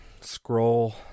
Scroll